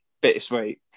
bittersweet